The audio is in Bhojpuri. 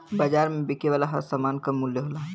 बाज़ार में बिके वाला हर सामान क मूल्य होला